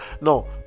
No